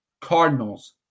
Cardinals